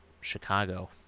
Chicago